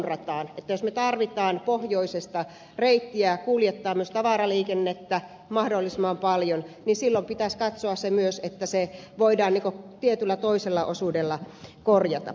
jos me tarvitsemme pohjoisesta reittiä kuljettaa myös tavaraliikennettä mahdollisimman paljon niin silloin pitäisi katsoa myös että se voidaan tietyllä toisella osuudella korjata